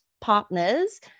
partners